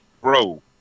Bro